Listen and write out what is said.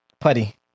putty